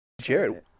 Jared